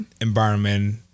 environment